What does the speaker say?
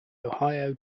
ohio